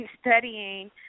studying